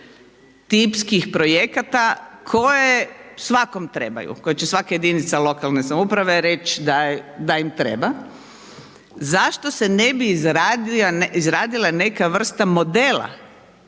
tipskih projekata koje svakom trebaju, koje će svaka jedinica lokalne samouprave reć da im treba, zašto se ne bi izradila neka vrsta modela